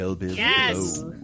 Yes